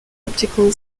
optical